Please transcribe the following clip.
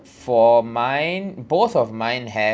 for mine both of mine have